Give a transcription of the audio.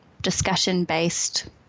discussion-based